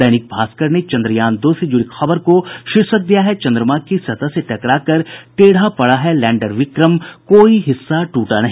दैनिक भास्कर ने चन्द्रयान दो से जुड़ी खबर को शीर्षक दिया है चन्द्रमा की सतह से टकराकर टेढ़ा पड़ा है लैंडर विक्रम कोई हिस्सा टूटा नहीं